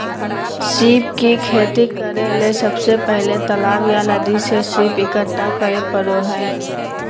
सीप के खेती करेले सबसे पहले तालाब या नदी से सीप इकठ्ठा करै परो हइ